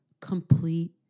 complete